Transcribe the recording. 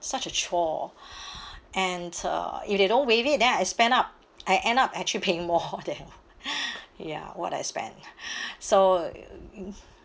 such a chore and uh if they don't waive it then I spend up I end up actually paying more than ya what I spent so